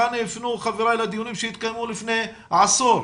כאן הפנו חבריי לדיונים שהתקיימו לפני עשור.